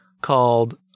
called